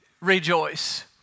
rejoice